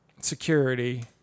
security